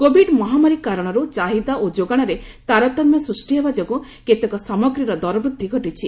Covid ମହାମାରୀ କାରଣରୁ ଚାହିଦା ଓ ଯୋଗାଣରେ ତାରତମ୍ୟ ସୃଷ୍ଟି ହେବା ଯୋଗୁଁ କେତେକ ସାମଗ୍ରୀର ଦରବୃଦ୍ଧି ଘଟିଛି